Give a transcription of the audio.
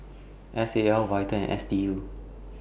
S A L Vital and S D U